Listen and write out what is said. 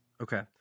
Okay